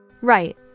Right